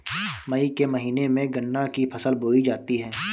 मई के महीने में गन्ना की फसल बोई जाती है